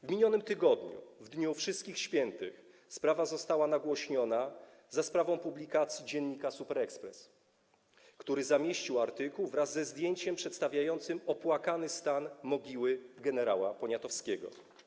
W minionym tygodniu, w dniu Wszystkich Świętych, sprawa została nagłośniona za sprawą publikacji dziennika „Super Express”, który zamieścił artykuł wraz ze zdjęciem przedstawiającym opłakany stan mogiły gen. Poniatowskiego.